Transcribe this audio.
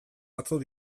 batzuk